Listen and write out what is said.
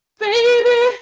baby